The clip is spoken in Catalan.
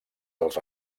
dels